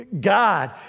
God